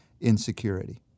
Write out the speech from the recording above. insecurity